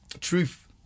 truth